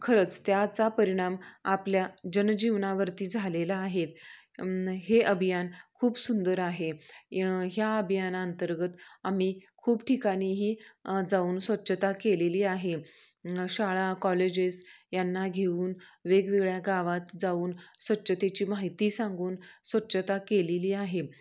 खरंच त्याचा परिणाम आपल्या जनजीवनावरती झालेला आहे हे अभियान खूप सुंदर आहे ह्या अभियाना अंतर्गत आम्ही खूप ठिकाणीही जाऊन स्वच्छता केलेली आहे शाळा कॉलेजेस यांना घेऊन वेगवेगळ्या गावात जाऊन स्वच्छतेची माहिती सांगून स्वच्छता केलेली आहे